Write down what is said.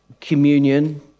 communion